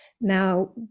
Now